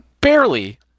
Barely